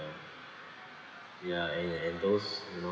ya and and those who not